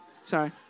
sorry